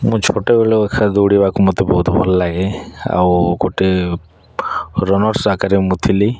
ମୁଁ ଛୋଟବେଳେ ଅଖା ଦୌଡ଼ିବାକୁ ମୋତେ ବହୁତ ଭଲ ଲାଗେ ଆଉ ଗୋଟେ ରନର୍ସ ଆକାରରେ ମୁଁ ଥିଲି